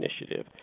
initiative